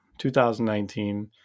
2019